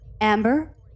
amber